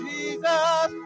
Jesus